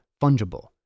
fungible